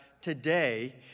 today